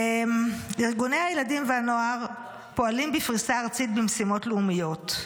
ארגוני הילדים והנוער פועלים בפריסה ארצית במשימות לאומיות.